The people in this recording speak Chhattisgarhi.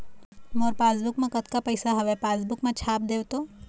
मोर पासबुक मा कतका पैसा हवे पासबुक मा छाप देव तो?